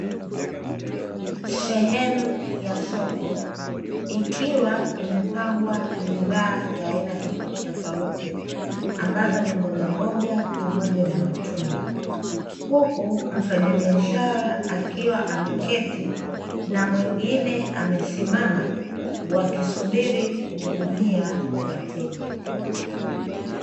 Sehemu ya soko ikiwa imepangwa bidhaa za aina tofauti tofauti, ambazo ni mbogamboga pamoja na matunda, huku mfanyabiashara akiwa ameketi na mwingine amesimama wakisubiri kuhudumia wateja.